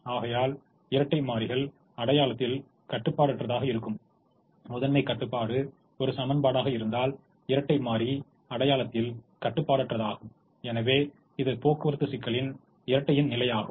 ஆகையால் இரட்டை மாறிகள் அடையாளத்தில் கட்டுப்பாடற்றதாக இருக்கும் முதன்மைக் கட்டுப்பாடு ஒரு சமன்பாடாக இருந்தால் இரட்டை மாறி அடையாளத்தில் கட்டுப்பாடற்றதாகும் எனவே இது போக்குவரத்து சிக்கலின் இரட்டையின் நிலையாகும்